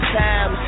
time